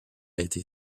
été